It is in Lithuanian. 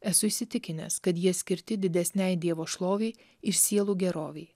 esu įsitikinęs kad jie skirti didesnei dievo šlovei ir sielų gerovei